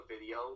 video